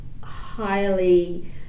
highly